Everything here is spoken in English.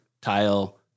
Tile